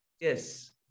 Yes